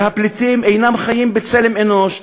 והפליטים אינם חיים בצלם אנוש,